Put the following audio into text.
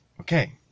Okay